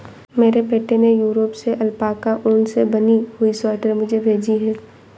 मेरे बेटे ने यूरोप से अल्पाका ऊन से बनी हुई स्वेटर मुझे भेजी है